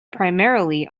primarily